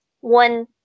One